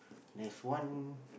there's one